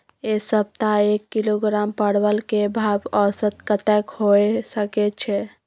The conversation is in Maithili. ऐ सप्ताह एक किलोग्राम परवल के भाव औसत कतेक होय सके छै?